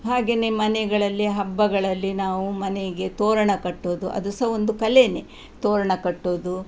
ಹಾಗೆನೇ ಮನೆಗಳಲ್ಲಿ ಹಬ್ಬಗಳಲ್ಲಿ ನಾವು ಮನೆಗೆ ತೋರಣ ಕಟ್ಟೋದು ಅದು ಸಹ ಒಂದು ಕಲೆನೇ ತೋರಣ ಕಟ್ಟೋದು